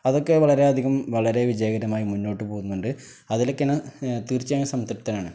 അതൊക്കെ വളരെയധികം വളരെ വിജയകരമായി മുന്നോട്ടുപോകുന്നുണ്ട് അതിലൊക്കെ തീർച്ചയായും സംതൃപ്തനാണ്